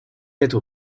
être